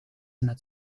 met